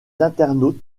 internautes